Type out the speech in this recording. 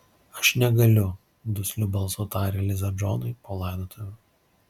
aš negaliu dusliu balsu tarė liza džonui po laidotuvių